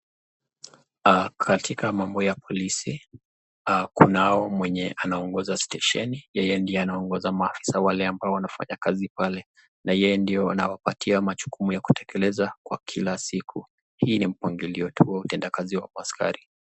Katika mambo ya polisi, kunao mwenye anaongoza stesheni, yeye ndiye anaongoza maafisa wale ambao wanafanya kazi pale, na yeye ndio anawapatia majukumu ya kutekeleza kwa kila siku. Hii ni mpangilio wa utenda kazi wa maskari.